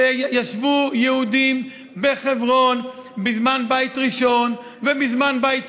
שישבו יהודים בחברון בזמן בית ראשון ובזמן בית שני.